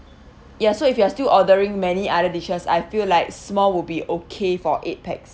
ya so if you are still ordering many other dishes I feel like small will be okay for eight pax